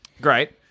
Great